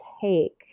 take